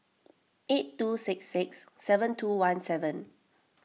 eight two six six seven two one seven